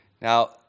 Now